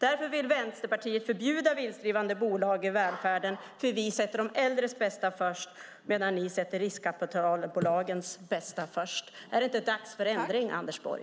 Därför vill Vänsterpartiet förbjuda vinstdrivande bolag i välfärden. Vi sätter de äldres bästa först medan ni sätter riskkapitalbolagens bästa först. Är det inte dags för ändring, Anders Borg?